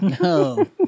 no